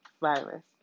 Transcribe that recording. virus